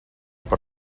per